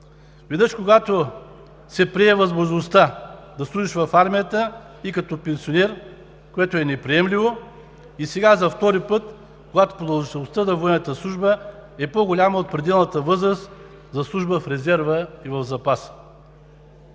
веднъж, когато се прие възможността да служиш в армията и като пенсионер, което е неприемливо, и сега, за втори път, когато продължителността на военната служба е по-голяма от пределната възраст за служба в резерва и в запаса.